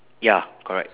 ya correct